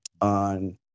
on